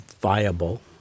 viable